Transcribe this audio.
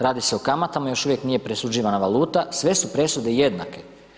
Radi se o kamatama, još uvijek nije presuđivana valuta, sve su presude jednake.